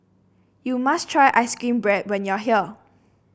you must try ice cream bread when you are here